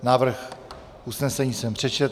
Návrh usnesení jsem přečetl.